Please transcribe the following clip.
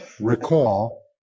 recall